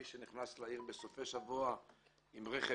ומי שנכנס לעיר בסופי שבוע עם רכב,